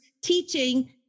teaching